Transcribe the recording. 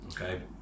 okay